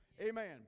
Amen